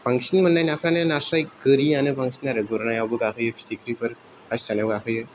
बांसिनै मोन्नाय नाफोरानो नास्राय गोरियानो बांसिन आरो गुरनायावबो गाखोयो फिथिख्रिफोर फासि सानायाव गाखोयो